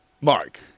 Mark